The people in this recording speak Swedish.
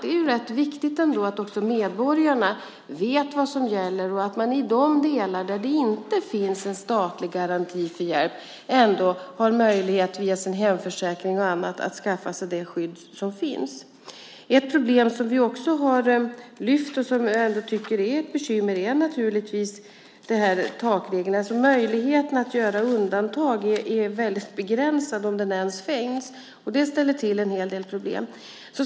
Det är viktigt att medborgarna vet vad som gäller och att de i de delar där det inte finns en statlig garanti för hjälp via sin hemförsäkring och annat har möjlighet att skaffa sig skydd. Ett problem som vi också har lyft fram och som jag tycker är ett bekymmer är takreglerna. Möjligheten att göra undantag är väldigt begränsad, om den ens finns. Det ställer till en hel del problem.